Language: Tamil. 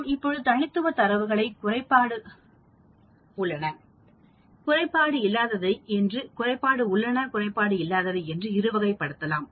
நாம் இப்பொழுது தனித்துவ தரவுகளை குறைப்பாடு உள்ளன குறைபாடு இல்லாததை என்று இரு வகைப்படுத்தலாம்